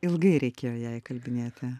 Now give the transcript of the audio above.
ilgai reikėjo ją įkalbinėti